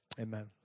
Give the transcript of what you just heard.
Amen